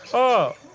oh,